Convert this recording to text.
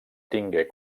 tingué